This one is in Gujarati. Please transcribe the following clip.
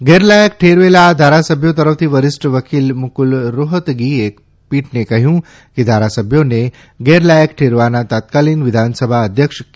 ગેરલાયક ઠેરવેલા આ ધારાસભ્યો તરફથી વરિષ્ઠ વકિલ મુકુલ રોહતગીએ પીઠને કહ્યું કે ધારાસભ્યોને ગેરલાયક ઠેરવવાના તત્કાલિન વિધાનસભા અધ્યક્ષ કે